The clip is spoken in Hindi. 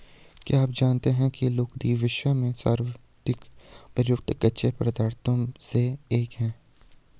क्या आप जानते है लुगदी, विश्व में सर्वाधिक प्रयुक्त कच्चे पदार्थों में से एक है?